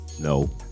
No